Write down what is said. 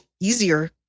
easier